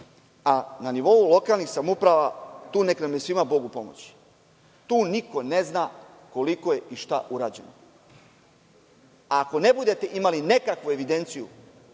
a na nivou lokalnih samouprava tu neka nam je svima Bog u pomoći. Tu niko ne zna koliko je i šta urađeno. Ako ne budete imali nekakvu evidenciju